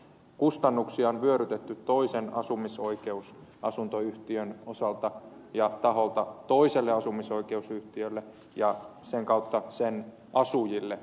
kustannuksia on vyörytetty toisen asumisoikeusasuntoyhtiön osalta ja taholta toiselle asumisoikeusyhtiölle ja sen kautta sen asujille